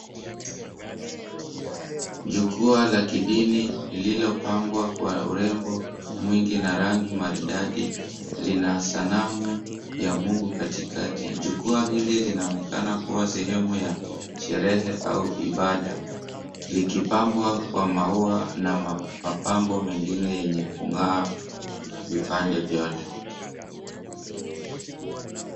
Jukwaa la kidini lililopangwa kwa urembo mwingi na rangi maridadi lina sanamu ya Mungu katikati. Jukwaa hili linaonekana kuwa sehemu ya sherehe au ibada, likipambwa kwa maua na mapambo mengine yenye kung'aa vipande vyote.